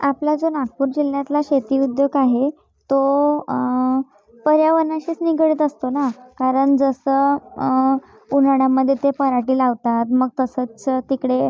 आपला जो नागपूर जिल्ह्यातला शेती उद्योग आहे तो पर्यावरणाशीच निगडीत असतो ना कारण जसं उन्हाळ्यामध्ये ते पराटी लावतात मग तसंच तिकडे